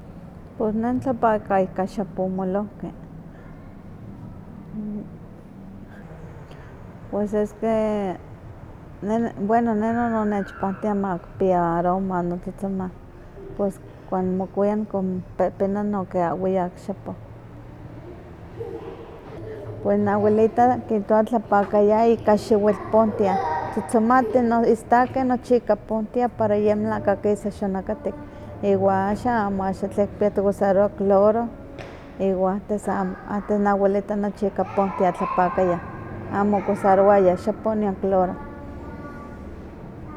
Pues ne nitlapaka ika xapo molohki, pues es que ne bueno nono no nech pahtia pa kipia aroma notztotzomeh, pues cuando nimokuia npehpena non ke ahwiak xapoh. Pues onawelita kihtowa tlapakaya ka xiwitl pontia, tzotzon mati no istakeh nochi ika pontia, para ye melahka kisa xonakatih, iwa axan amo axan tle kipia tikusarowah cloro, iwa antes amo antes noawelita nochi ika pontia tlakapayah, amo okusarowayah xapo nion cloro.